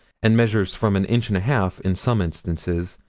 and measured from an inch and a half, in some instances,